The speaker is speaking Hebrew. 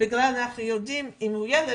בגלל שאנחנו יודעים אם הוא ילד,